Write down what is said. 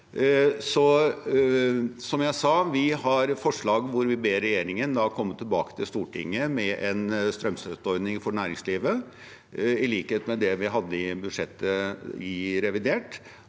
Vi har et forslag hvor vi ber regjeringen komme tilbake til Stortinget med en strømstøtteordning for næringslivet, i likhet med det vi hadde i budsjettet i revidert.